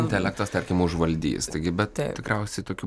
intelektas tarkim užvaldys taigi bet tikriausiai tokių